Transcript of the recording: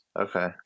Okay